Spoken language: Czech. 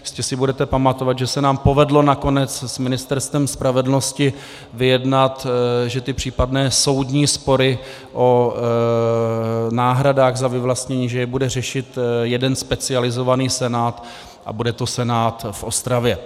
Jistě si budete pamatovat, že se nám povedlo nakonec s Ministerstvem spravedlnosti vyjednat, že případné soudní spory o náhradách za vyvlastnění bude řešit jeden specializovaný senát, a bude to senát v Ostravě.